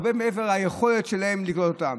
הרבה מעבר ליכולת שלהן לקלוט אותם.